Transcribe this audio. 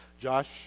Josh